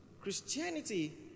Christianity